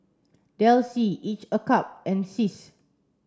Delsey Each a cup and SIS